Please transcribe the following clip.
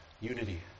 unity